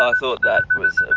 ah thought that was a